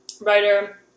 writer